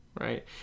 right